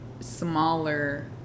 smaller